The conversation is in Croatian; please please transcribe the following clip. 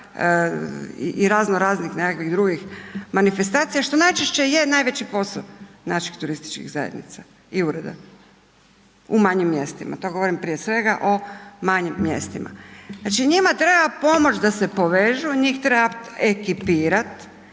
i razno raznih nekakvih drugih manifestacija što najčešće je najveći posao naših turističkih zajednica i ureda u manjim mjestima, to govorim prije svega o manjim mjestima. Znači njima treba pomoći da se povežu, njih treba ekipirati,